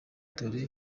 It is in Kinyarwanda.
dore